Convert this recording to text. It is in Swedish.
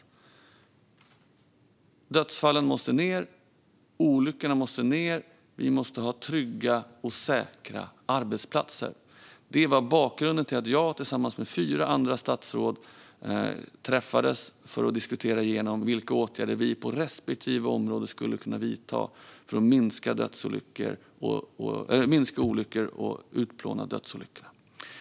Antalet dödsfall måste minska. Antalet olyckor måste minska. Vi måste ha trygga och säkra arbetsplatser. Det var bakgrunden till att jag tillsammans med fem andra statsråd träffades för att diskutera vilka åtgärder vi på respektive område skulle kunna vidta för att minska antalet olyckor och utplåna dödsolyckorna.